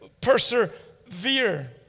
persevere